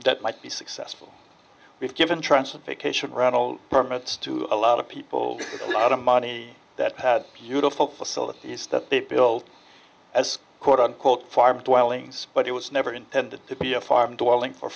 that might be successful we've given transfer vacation rental permits to a lot of people a lot of money that had beautiful facilities that they built as quote unquote far but welling's but it was never intended to be a farm dorling for